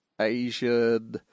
Asian